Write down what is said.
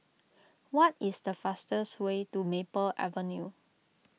what is the fastest way to Maple Avenue